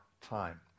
time